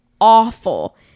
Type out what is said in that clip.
awful